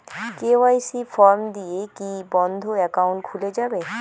KYC form দিয়ে কি বন্ধ একাউন্ট খুলে যাবে?